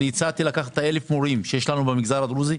והצעתי לקחת אותם מורים שיש לנו במגזר הדרוזי,